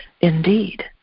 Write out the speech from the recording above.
indeed